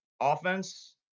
Offense